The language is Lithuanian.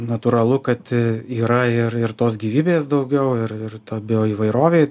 natūralu kad yra ir ir tos gyvybės daugiau ir ir ta bioįvairovė